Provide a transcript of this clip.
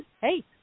hey